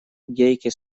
гейке